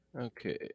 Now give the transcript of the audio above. Okay